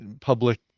public